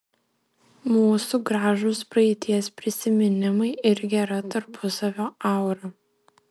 mūsų gražūs praeities prisiminimai ir gera tarpusavio aura